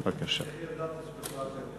איך ידעת שאני בכלל רוצה?